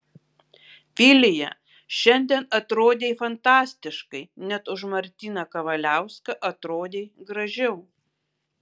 vilija šiandien atrodei fantastiškai net už martyną kavaliauską atrodei gražiau